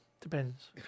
depends